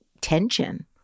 tension